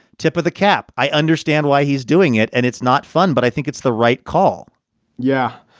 tip of the cap. i understand why he's doing it. and it's not fun. but i think it's the right call yeah.